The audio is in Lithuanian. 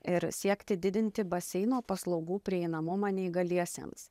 ir siekti didinti baseino paslaugų prieinamumą neįgaliesiems